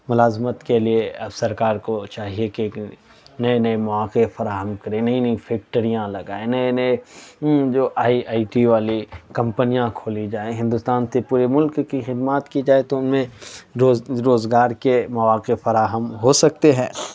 ملازمت کے لیے اب سرکار کو چاہیے کہ نئے نئے مواقعے فراہم کرے نئی نئی فیکٹریاں لگائے نئے نئے جو آئی آئی ٹی والی کمپنیاں کھولی جائیں ہندوستان سے پورے ملک کی خدمات کی جائے تو ان میں روز روزگار کے مواقعے فراہم ہو سکتے ہیں